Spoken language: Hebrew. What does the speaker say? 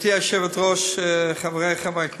גברתי היושבת-ראש, חברי חברי הכנסת,